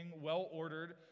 well-ordered